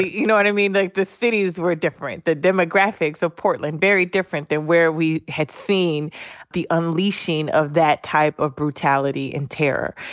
you know what i mean? like, the cities were different. the demographics of portland very different than where we had seen the unleashing of that type of brutality and terror.